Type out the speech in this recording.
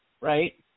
Right